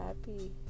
happy